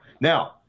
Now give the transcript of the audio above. now